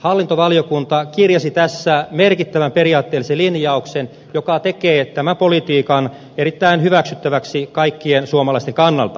hallintovaliokunta kirjasi tässä merkittävän periaatteellisen linjauksen joka tekee tämän politiikan erittäin hyväksyttäväksi kaikkien suomalaisten kannalta